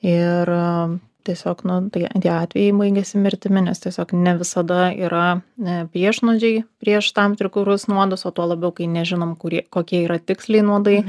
ir tiesiog nu tai tie atvejai baigėsi mirtimi nes tiesiog ne visada yra a priešnuodžiai prieš tam tikrus nuodus o tuo labiau kai nežinom kurie kokie yra tiksliai nuodai